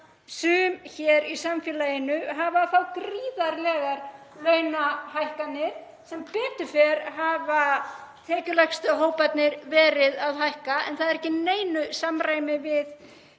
sum hér í samfélaginu hafa verið að fá gríðarlegar launahækkanir. Sem betur fer hafa tekjulægstu hóparnir verið að hækka en það er ekki í neinu samræmi við